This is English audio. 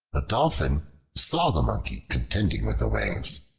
a dolphin saw the monkey contending with the waves,